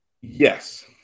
Yes